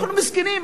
אנחנו מסכנים,